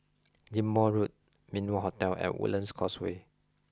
Ghim Moh Road Min Wah Hotel and Woodlands Causeway